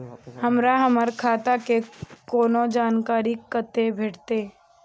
हमरा हमर खाता के कोनो जानकारी कतै भेटतै?